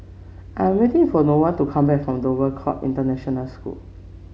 I'm waiting for Noelia to come back from Dover Court International School